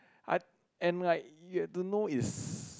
I and like you have to know is